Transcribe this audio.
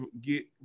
get